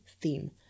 theme